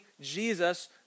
Jesus